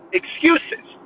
excuses